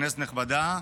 כנסת נכבדה,